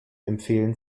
empfehlen